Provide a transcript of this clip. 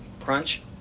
Crunch